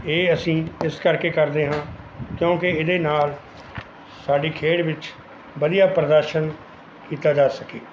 ਇਹ ਅਸੀਂ ਇਸ ਕਰਕੇ ਕਰਦੇ ਹਾਂ ਕਿਉਂਕਿ ਇਹਦੇ ਨਾਲ਼ ਸਾਡੀ ਖੇਡ ਵਿੱਚ ਵਧੀਆ ਪ੍ਰਦਰਸ਼ਨ ਕੀਤਾ ਜਾ ਸਕੇ